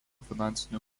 finansinių